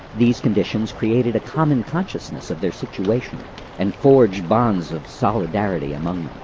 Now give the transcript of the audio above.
these conditions created a common consciousness of their situation and forged bonds of solidarity among